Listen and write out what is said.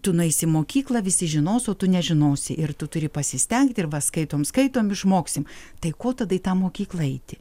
tu nueisi į mokyklą visi žinos o tu nežinosi ir tu turi pasistengt ir va skaitom skaitom išmoksim tai ko tada į tą mokyklą eiti